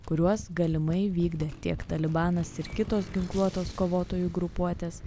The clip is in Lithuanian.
kuriuos galimai vykdė tiek talibanas ir kitos ginkluotos kovotojų grupuotės